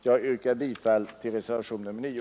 Jag yrkar bifall till reservationen 9.